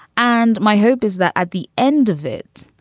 and my hope is that at the end of it,